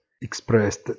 expressed